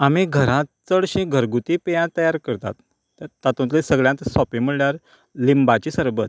आमी घरांत चडशीं घरगुती पेयां तयार करतात तातूंतलें सगळ्यात सोपें म्हणल्यार लिंबाचें सरबत